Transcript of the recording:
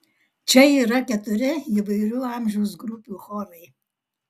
čia yra keturi įvairių amžiaus grupių chorai